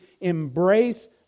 embrace